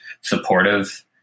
supportive